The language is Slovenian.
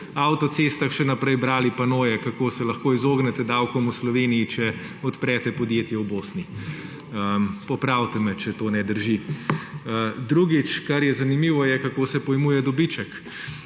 ob avtocestah še naprej brali panoje, kako se lahko izognete davkom v Sloveniji, če odprete podjetje v Bosni. Popravite me, če to ne drži. Drugič, kar je zanimivo, je, kako se pojmuje obdavčitev